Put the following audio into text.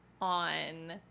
on